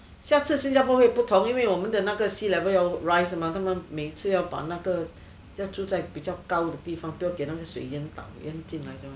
下次新加坡会不同因为我们的那个 sea level 要 rise 是吗他们每次要把那个要住在比较高的地方不要给那个水淹到淹进来对吗